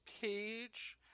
page